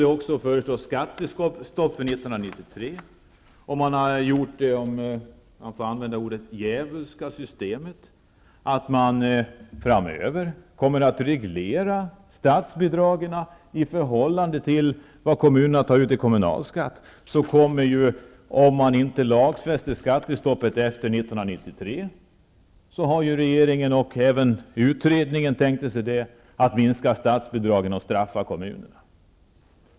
Det föreslås också skattestopp till 1993, och man har utformat ett djävulskt system -- om jag får använda det uttrycket -- som innebär att man framöver kommer att reglera statsbidragen i förhållande till vad kommunerna tar ut i kommunalskatt. Om man inte lagfäster skattestoppet efter år 1993, kommer regeringen, vilket utredningen också tänkte sig, att minska statsbidragen och straffa kommunerna.